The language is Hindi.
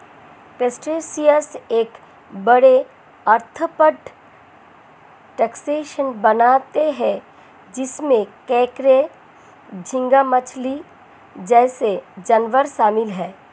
क्रस्टेशियंस एक बड़े, आर्थ्रोपॉड टैक्सोन बनाते हैं जिसमें केकड़े, झींगा मछली जैसे जानवर शामिल हैं